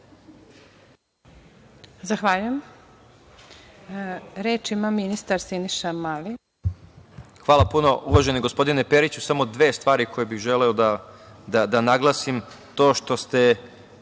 Zahvaljujem. Reč ima ministar Siniša Mali.